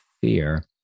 fear